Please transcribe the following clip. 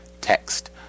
text